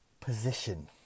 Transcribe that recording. position